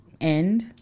end